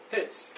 Hits